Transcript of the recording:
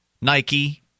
Nike